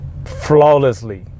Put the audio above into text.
Flawlessly